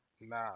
Nah